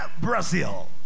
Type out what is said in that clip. Brazil